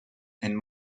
and